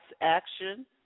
action